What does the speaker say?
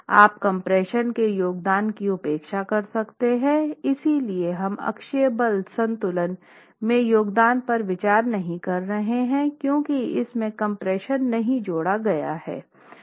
आप कम्प्रेशन के योगदान की उपेक्षा कर सकते हैं इसलिए हम अक्षीय बल संतुलन में योगदान पर विचार नहीं कर रहे हैं क्यूंकि इसमे कम्प्रेशन नहीं जोड़ा गया है